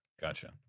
Gotcha